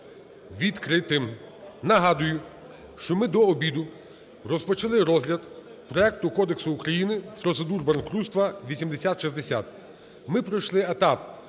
відкритим. Нагадую, що ми до обіду розпочали розгляд проект Кодексу України з процедур банкрутства (8060). Ми пройшли етап: